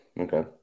Okay